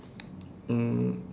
mm